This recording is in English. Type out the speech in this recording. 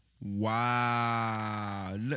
wow